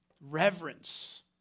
reverence